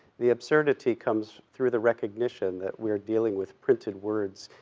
the absurdity comes through the recognition that we're dealing with printed words,